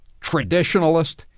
traditionalist